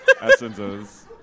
Essences